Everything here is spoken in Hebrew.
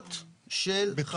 המאושרות של חריש.